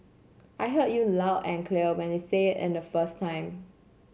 I heard you loud and clear when you said it the first time